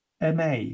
MA